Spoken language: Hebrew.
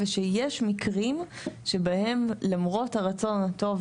ושיש מקרים שבהם למרות הרצון הטוב,